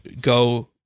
go